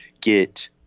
get